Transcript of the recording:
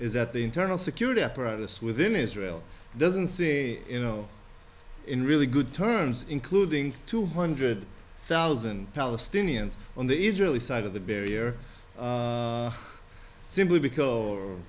is that the internal security apparatus within israel doesn't see you know in really good terms including two hundred thousand palestinians on the israeli side of the barrier simply because